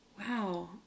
Wow